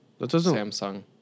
Samsung